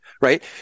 right